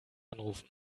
anrufen